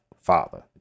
father